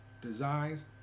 designs